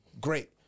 great